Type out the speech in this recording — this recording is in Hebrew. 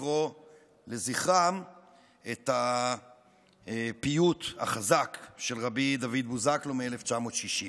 לקרוא לזכרם את הפיוט החזק של רבי דוד בוזגלו מ-1960: